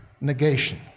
negation